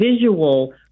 visual